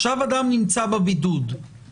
עכשיו אדם נמצא במלונית,